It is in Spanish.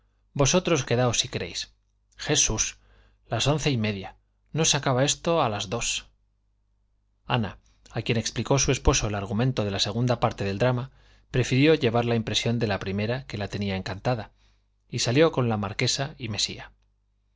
vosotros quedaos si queréis jesús las once y media no se acaba esto a las dos ana a quien explicó su esposo el argumento de la segunda parte del drama prefirió llevar la impresión de la primera que la tenía encantada y salió con la marquesa y mesía